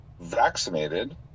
vaccinated